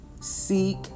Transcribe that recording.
seek